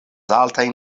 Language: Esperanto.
altajn